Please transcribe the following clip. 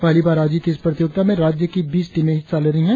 पहली बार आयोजित इस प्रतियोगिता में राज्य की बीस टीमें हिस्सा ले रही है